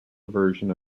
version